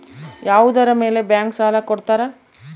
ಯಾವುದರ ಮೇಲೆ ಬ್ಯಾಂಕ್ ಸಾಲ ಕೊಡ್ತಾರ?